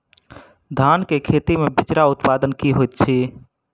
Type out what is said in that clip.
धान केँ खेती मे बिचरा उत्पादन की होइत छी?